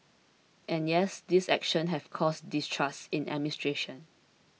and yes these actions have caused distrust in administration